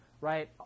right